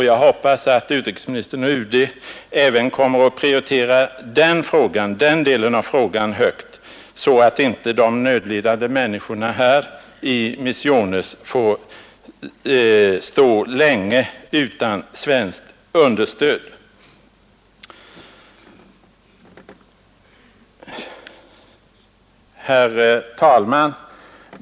Jag hoppas att utrikesministern och UD kommer att prioritera även den frågan högt, så att inte de nödlidande människorna i Misiones får fortsätta länge utan svenskt understöd. Herr talman!